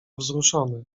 wzruszony